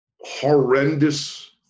horrendous